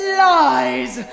lies